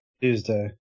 Tuesday